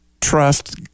trust